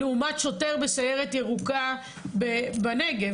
לעומת שוטר בסיירת ירוקה בנגב?